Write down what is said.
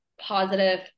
positive